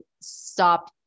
stop